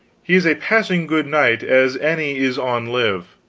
he is a passing good knight as any is on live.